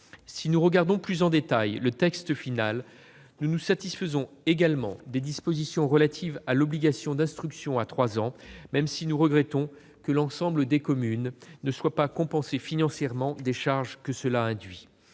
Si nous regardons plus en détail le texte final, nous nous satisfaisons également des dispositions relatives à l'obligation d'instruction à 3 ans, même si nous regrettons que l'ensemble des communes ne bénéficient pas d'une compensation financière intégrale, compte tenu